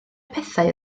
pethau